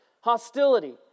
hostility